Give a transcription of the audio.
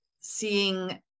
seeing